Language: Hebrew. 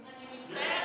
אני מצטערת,